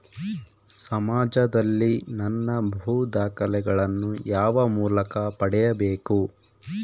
ಸಮಾಜದಲ್ಲಿ ನನ್ನ ಭೂ ದಾಖಲೆಗಳನ್ನು ಯಾವ ಮೂಲಕ ಪಡೆಯಬೇಕು?